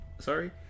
sorry